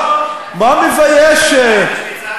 שווייץ ושוויצריה?